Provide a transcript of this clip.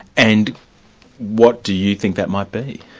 and what do you think that might be?